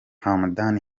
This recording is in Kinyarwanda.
hamdan